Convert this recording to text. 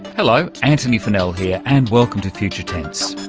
hello, antony funnell here, and welcome to future tense.